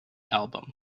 album